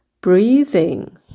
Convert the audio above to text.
breathing